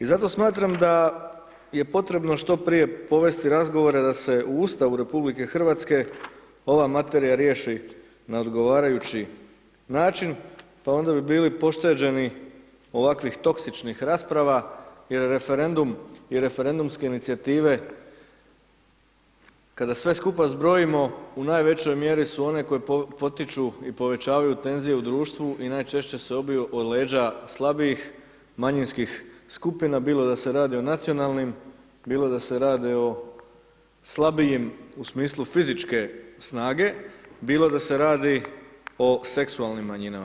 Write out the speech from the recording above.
I zato smatram da je potrebno što prije povesti razgovore da se u Ustavu RH ova materija riješi na odgovarajući način, pa onda bi bili pošteđeni ovakvih toksičnih rasprava, jer referendum i referendumske inicijative kada sve skupa zbrojimo u najvećoj mjeri su one koje potiču i povećavaju tenzije u društvu i najčešće se obiju o leđa slabih manjinskih skupina, bilo da se radi o nacionalnim, bilo da se rade o slabijim u smislu fizičke snage, bilo da se radi o seksualnim manjinama.